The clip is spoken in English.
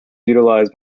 utilized